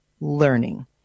learning